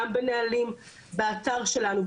גם בנהלים באתר שלנו,